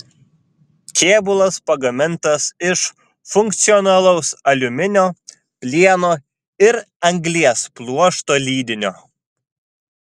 kėbulas pagamintas iš funkcionalaus aliuminio plieno ir anglies pluošto lydinio